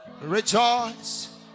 rejoice